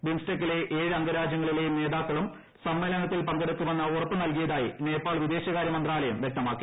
ബിംസ്റ്റെക്കിലെ ഏഴ് അംഗരാജ്യങ്ങളിലെ നേതാക്കളും സമ്മേളനത്തിൽ പങ്കെടുക്കുമെന്ന് ഉറപ്പു നൽകിയതായി നേപ്പാൾ വിദേശകാര്യ മന്ത്രാലയം വൃക്തമാക്കി